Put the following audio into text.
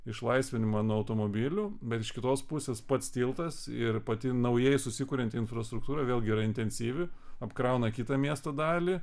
išlaisvinimą nuo automobilių bet iš kitos pusės pats tiltas ir pati naujai susikuriant infrastruktūrą vėlgi yra intensyvi apkrauna kitą miesto dalį